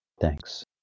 Thanks